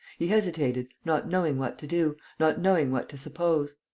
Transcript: he hesitated, not knowing what to do, not knowing what to suppose.